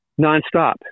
nonstop